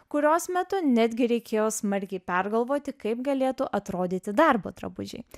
kurios metu netgi reikėjo smarkiai pergalvoti kaip galėtų atrodyti darbo drabužiai